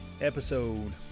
episode